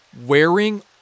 wearing